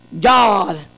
God